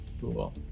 Cool